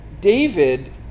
David